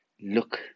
look